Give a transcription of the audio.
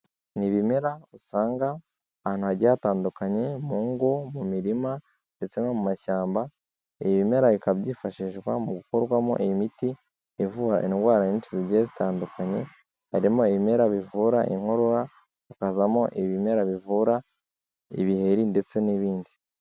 Ni ibimera usanga ahantu hajya hatandukanye mu ngo, mu mirima, ndetse no mu mashyamba ibimera bikaba byifashishwa mu gukorwamo imiti ivura indwara nyinshi zigiye zitandukanye harimo ibimera bivura inkorora, hazamo ibimera bivura ibiheri, ndetse n'ibindi.